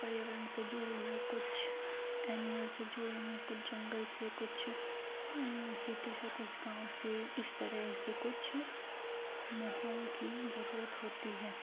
पर्यावरण से जुड़े हों कुछ एनिमल से जुड़ें हों कुछ जंगल से कुछ सिटी से कुछ गाँव से इस तरह से कुछ माहौल की ज़रूरत होती है